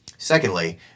Secondly